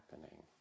happening